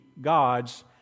God's